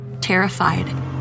Terrified